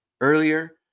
earlier